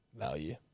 value